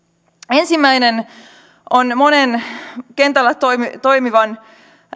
ensimmäinen on monen kentällä toimivan